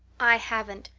i haven't.